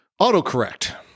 autocorrect